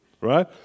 right